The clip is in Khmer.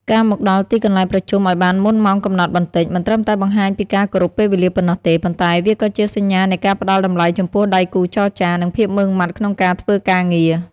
ការមកដល់ទីកន្លែងប្រជុំឱ្យបានមុនម៉ោងកំណត់បន្តិច មិនត្រឹមតែបង្ហាញពីការគោរពពេលវេលាប៉ុណ្ណោះទេ ប៉ុន្តែវាក៏ជាសញ្ញានៃការផ្តល់តម្លៃចំពោះដៃគូចរចា និងភាពម៉ឺងម៉ាត់ក្នុងការធ្វើការងារ។